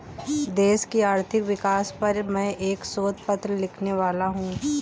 देश की आर्थिक विकास पर मैं एक शोध पत्र लिखने वाला हूँ